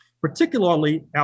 particularly